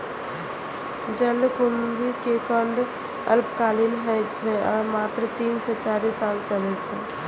जलकुंभी के कंद अल्पकालिक होइ छै आ मात्र तीन सं चारि साल चलै छै